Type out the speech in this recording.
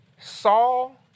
Saul